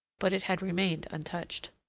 but it had remained untouched.